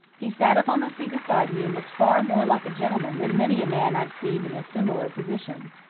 he sat up on the seat beside me and looked far more like a gentleman than many a man i've seen in a similar position.